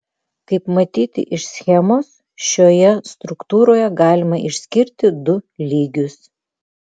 kaip matyti iš schemos šioje struktūroje galima išskirti du lygius